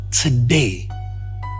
today